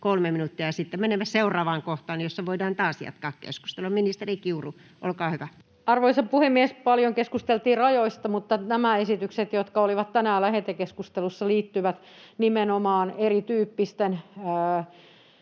3 minuuttia, ja sitten menemme seuraavaan kohtaan, jossa voidaan taas jatkaa keskustelua. — Ministeri Kiuru, olkaa hyvä. Arvoisa puhemies! Paljon keskusteltiin rajoista, mutta nämä esitykset, jotka olivat tänään lähetekeskustelussa, liittyvät nimenomaan erityyppisten